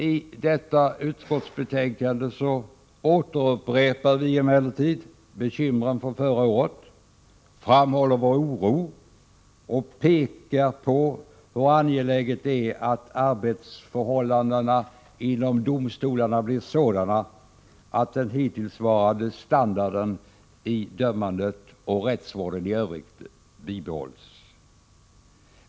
I detta utskottsbetänkande upprepar vi emellertid bekymren från förra året, framhåller vår oro och pekar på hur angeläget det är att arbetsförhållandena inom domstolarna blir sådana att den hittillsvarande standarden i dömandet och rättsvården i övrigt bibehålls.